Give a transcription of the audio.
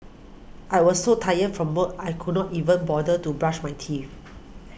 I was so tired from work I could not even bother to brush my teeth